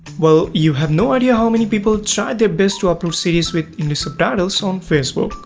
well, you have no idea how many people try their best to upload series with english subtitles on facebook.